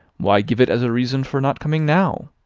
why give it as a reason for not coming now?